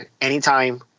anytime